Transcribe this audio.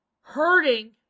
hurting